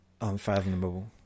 unfathomable